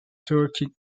turkic